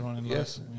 yes